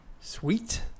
Sweet